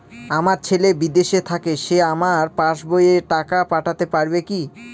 আমার ছেলে বিদেশে থাকে সে আমার পাসবই এ টাকা পাঠাতে পারবে কি?